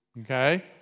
Okay